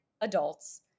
adults